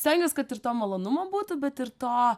stengiuos kad ir to malonumo būtų bet ir to